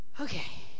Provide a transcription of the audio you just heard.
okay